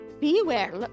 beware